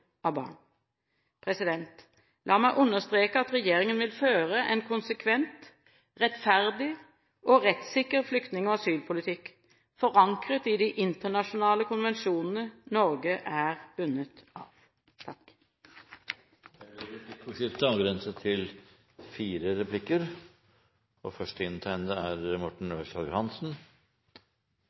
av barn. La meg understreke at regjeringen vil føre en konsekvent, rettferdig og rettssikker flyktning- og asylpolitikk, forankret i de internasjonale konvensjonene Norge er bundet av. Det blir replikkordskifte. I saksframstillingen nevnes det to, eller rettere sagt tre, dommer. Den ene er